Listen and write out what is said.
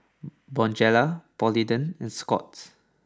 Bonjela Polident and Scott's